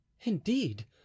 Indeed